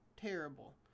terrible